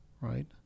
right